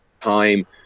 time –